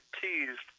teased